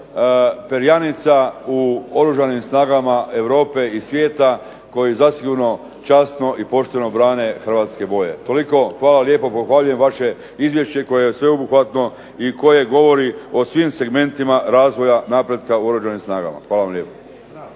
perjanica u Oružanim snagama Europe i svijeta koji zasigurno časno i pošteno brane Hrvatske boje. Toliko i hvala lijepo, pohvaljujem vaše Izvješće koje je sveobuhvatno i koje govori o svim segmentima razvoja napretka u Oružanim snagama. Hvala vam lijepa.